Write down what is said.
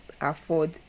afford